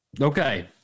Okay